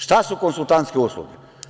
Šta su konsultantske usluge?